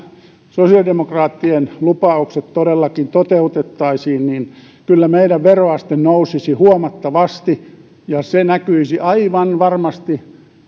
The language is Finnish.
sosiaalidemokraattien lupaukset todellakin toteutettaisiin kyllä meidän veroaste nousisi huomattavasti ja se näkyisi aivan varmasti